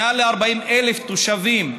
מעל 40,000 תושבים,